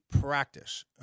practice